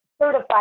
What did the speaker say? certified